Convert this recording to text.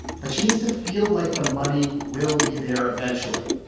but she needs to feel like the money will be there eventually.